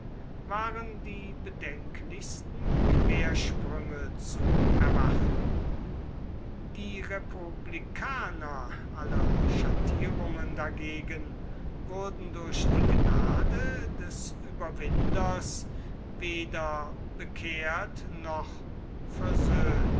waren die bedenklichsten quersprünge zu erwarten die republikaner aller schattierungen dagegen wurden durch die gnade des überwinders weder bekehrt noch versöhnt